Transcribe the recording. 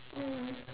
mm